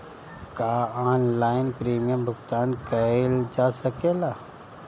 का online premium भुगतान कईल जा सकेला?